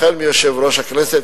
החל ביושב-ראש הכנסת,